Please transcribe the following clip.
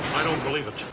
i don't believe it!